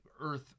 earth